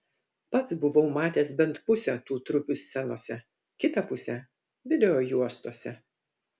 pats buvau matęs bent pusę tų trupių scenose kitą pusę videojuostose